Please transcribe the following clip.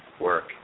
work